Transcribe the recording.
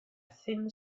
thin